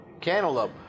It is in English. Cantaloupe